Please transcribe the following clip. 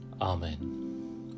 Amen